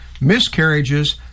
miscarriages